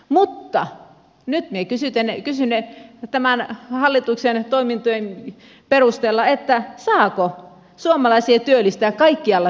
mutta nyt minä kysyn tämän hallituksen toimintojen perusteella saako suomalaisia työllistää kaikkialla suomessa